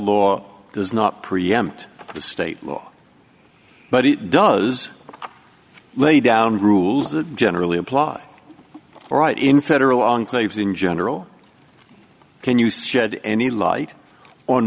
law does not preempt the state law but it does lay down rules that generally apply right in federal enclaves in general can use shed any light on